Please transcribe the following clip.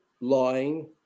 lying